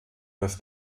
das